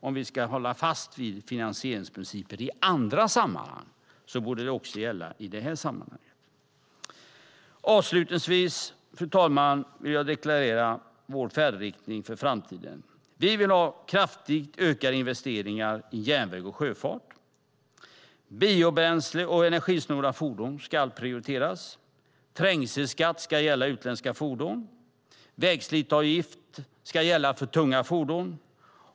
Om vi ska hålla fast vid finansieringsprincipen i andra sammanhang borde den även gälla i detta sammanhang. Fru talman! Avslutningsvis vill jag deklarera vår färdriktning för framtiden. Vi vill ha kraftigt ökade investeringar i järnväg och sjöfart. Biobränsle och energisnåla fordon ska prioriteras. Trängselskatt ska gälla utländska fordon. Vägslitageavgift ska gälla för tunga fordon.